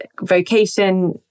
Vocation